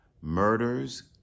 murders